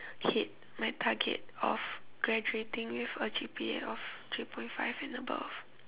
hit my target of graduating with a G_P_A of three point five and above